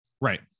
Right